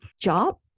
job